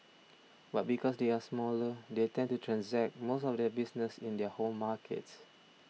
but because they are smaller they tend to transact most of their business in their home markets